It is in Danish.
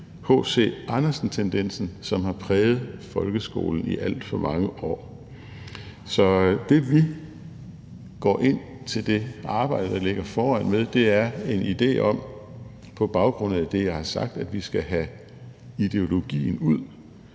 H. C. Andersen-tendensen, som har præget folkeskolen i alt for mange år. Så det, vi går ind til det arbejde med, der ligger foran os, er en idé om, at vi, på baggrund af det, jeg har sagt, skal have ideologien ud,